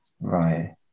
Right